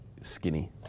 skinny